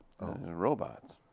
robots